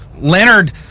Leonard